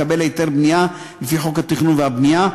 לקבל היתר בנייה לפי חוק התכנון והבנייה,